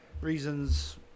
reasons